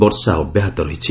ବର୍ଷା ଅବ୍ୟାହତ ରହିଛି